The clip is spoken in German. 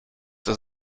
das